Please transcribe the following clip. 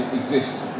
exists